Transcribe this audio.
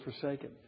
forsaken